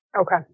Okay